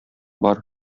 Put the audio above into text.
бар